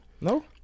No